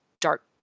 dark